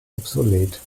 obsolet